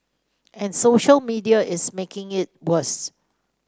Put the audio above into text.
and social media is making it worse